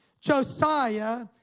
Josiah